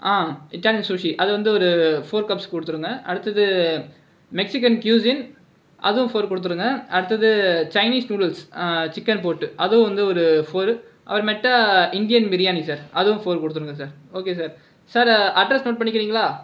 Italian sushi அது வந்து ஒரு ஃபோர் கப்ஸ் கொடுத்துடுங்க அடுத்தது மெக்ஸிகன் கியூஸின் அதுவும் ஃபோர் கொடுத்துடுங்க அடுத்தது சைனீஸ் நூடுல்ஸ் சிக்கன் போட்டு அதுவும் வந்து ஒரு ஃபோர் அப்புறமேட்டு இந்தியன் பிரியாணி சார் அதுவும் ஃபோர் கொடுத்துடுங்க sir okay sir sir address note பண்ணிக்கிறீங்களா